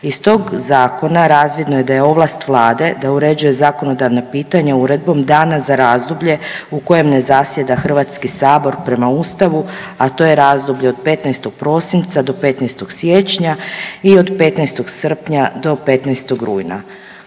Iz tog zakona razvidno je da je ovlast Vlade da uređuje zakonodavna pitanja uredbom dana za razdoblje u kojem ne zasjeda Hrvatski sabor prema Ustavu, a to je razdoblje od 15. prosinca do 15. siječnja i od 15. srpnja do 15. rujna.